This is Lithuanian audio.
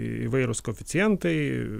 įvairūs koeficientai